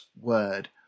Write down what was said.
word